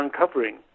uncovering